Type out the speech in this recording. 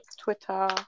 Twitter